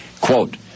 quote